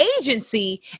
agency